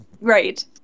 Right